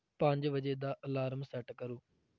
ਪੰਜ ਵਜੇ ਦਾ ਅਲਾਰਮ ਸੈੱਟ ਕਰੋ